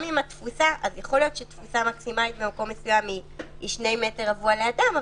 אז יכול להיות שתפוסה מקסימלית במקום מסוים היא 2 מטר רבוע לאדם,